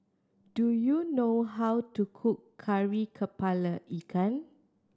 do you know how to cook Kari Kepala Ikan